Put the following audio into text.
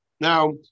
Now